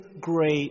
great